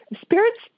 Spirits